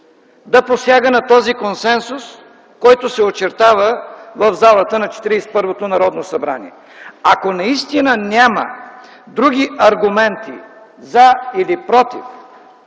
да посяга на този консенсус, който се очертава в залата на 41-то Народно събрание. Ако наистина няма други аргументи „за” или „против”